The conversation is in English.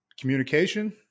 communication